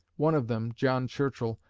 one of them, john churchill,